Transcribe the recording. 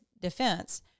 defense